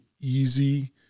easy